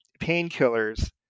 painkillers